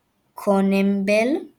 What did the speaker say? כפי שהיה במונדיאלים 1998–2022 ו-80